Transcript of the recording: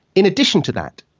in addition to that,